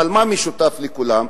אבל מה משותף לכולם?